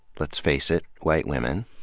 let's face it, white women.